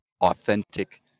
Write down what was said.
authentic